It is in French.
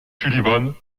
sullivan